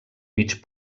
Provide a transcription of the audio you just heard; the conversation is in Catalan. mig